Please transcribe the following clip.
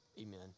Amen